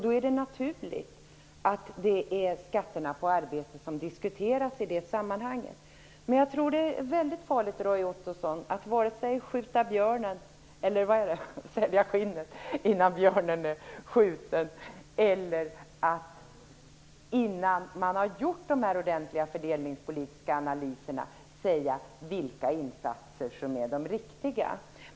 Då är det naturligt att det i det sammanhanget är skatterna på arbete som diskuteras. Men jag tror, Roy Ottosson, att det är väldigt farligt att sälja skinnet innan björnen är skjuten. Det också farligt att innan man har gjort ordentliga fördelningspolitiska analyser säga vilka insatser som är riktiga.